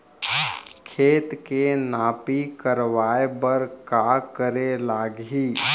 खेत के नापी करवाये बर का करे लागही?